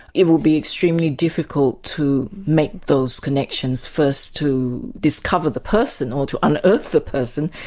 it would be extremely difficult to make those connections first, to discover the person, or to unearth the person,